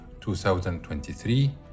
2023